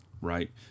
right